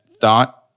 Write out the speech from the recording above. thought